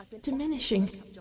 diminishing